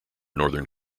northern